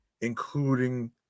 including